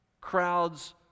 crowds